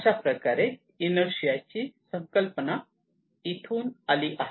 अशाप्रकारे ही इनर्शियाची संकल्पना इथून आली आहे